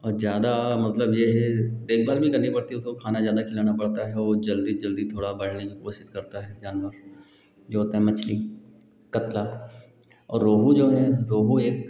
और ज़्यादा मतलब यह है देखभाल भी करनी पड़ती उसकी खाना ज़्यादा खिलाना पड़ता है वह जल्दी जल्दी थोड़ा बढ़ने की कोशिश करता है जानवर जो होती है मछली कतला और रोहू जो है रोहू एक